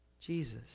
Jesus